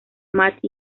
matt